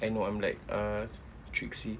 I know I'm like a tricksy